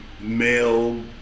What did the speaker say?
male